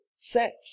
sex